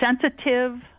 sensitive